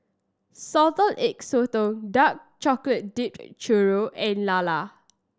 Salted Egg Sotong Dark Chocolate Dipped Churro and Lala